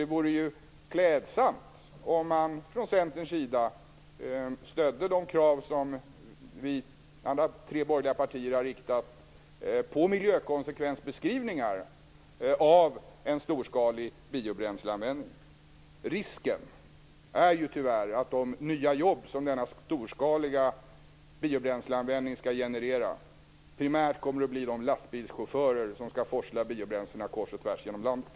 Det vore ju klädsamt om Centern stödde de krav som vi andra tre borgerliga partier har på miljökonsekvensbeskrivningar av en storskalig biobränsleanvändning. Risken är ju tyvärr att de nya jobb som denna storskaliga biobränsleanvändning skall generera primärt kommer att gälla de lastbilschaufförer som skall forsla biobränslet kors och tvärs genom landet.